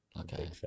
Okay